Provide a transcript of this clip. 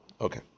Okay